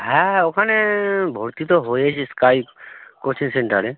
হ্যাঁ ওখানে ভর্তি তো হয়েছি স্কাই কোচিং সেন্টারে